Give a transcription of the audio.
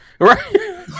right